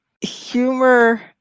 humor